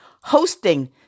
hosting